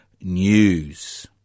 news